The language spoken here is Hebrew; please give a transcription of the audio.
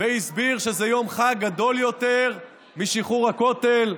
והסביר שזה יום חג גדול יותר משחרור הכותל,